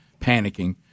panicking